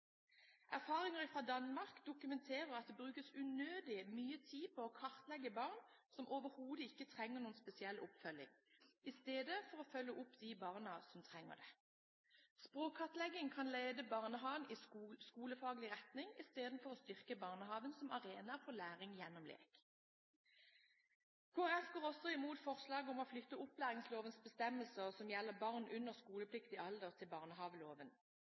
Erfaringer fra Danmark dokumenterer at det brukes unødig mye tid på å kartlegge barn som overhodet ikke trenger noen spesiell oppfølging, i stedet for å følge opp de barna som trenger det. Språkkartlegging kan lede barnehagen i skolefaglig retning istedenfor å styrke barnehagen som arena for læring gjennom lek. Kristelig Folkeparti går også imot forslaget om å flytte opplæringslovens bestemmelser som gjelder barn under skolepliktig alder, til barnehageloven.